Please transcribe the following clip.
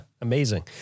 amazing